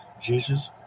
Jesus